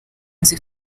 nzu